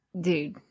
Dude